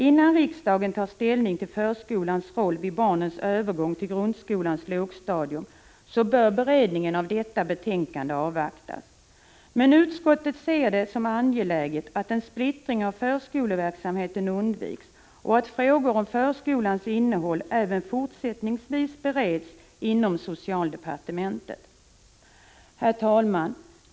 Innan riksdagen tar ställning till förskolans roll vid barnens övergång till grundskolans lågstadium bör beredningen av detta betänkande avvaktas. Men utskottet ser det som angeläget att en splittring av förskoleverksamheten undviks och att frågor om förskolans innehåll även fortsättningsvis bereds inom socialdepartementet. Herr talman!